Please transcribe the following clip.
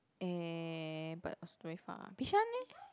eh but is very far Bishan leh